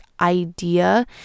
idea